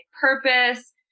purpose